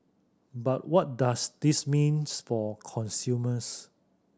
but what does this means for consumers